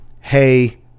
hey